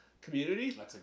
community